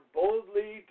boldly